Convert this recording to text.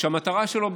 שהמטרה שלו,